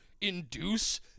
induce